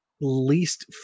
least